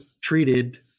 treated